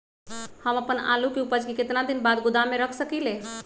हम अपन आलू के ऊपज के केतना दिन बाद गोदाम में रख सकींले?